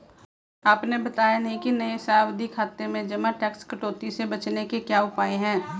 आपने बताया नहीं कि नये सावधि जमा खाते में टैक्स कटौती से बचने के क्या उपाय है?